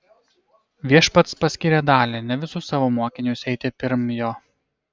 viešpats paskyrė dalį ne visus savo mokinius eiti pirm jo